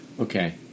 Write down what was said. Okay